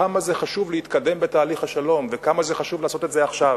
כמה זה חשוב להתקדם בתהליך השלום וכמה זה חשוב לעשות את זה עכשיו,